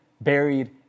buried